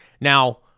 Now